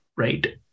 right